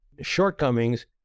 shortcomings